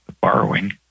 borrowing